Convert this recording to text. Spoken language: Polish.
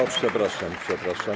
O, przepraszam, przepraszam.